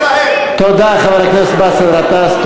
תודה, חבר הכנסת באסל גטאס.